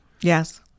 Yes